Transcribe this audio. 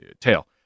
tail